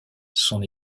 son